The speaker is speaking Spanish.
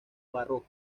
barroco